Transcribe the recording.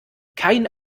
kein